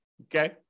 okay